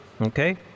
Okay